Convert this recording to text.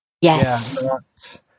Yes